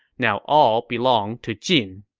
now all belonged to jin.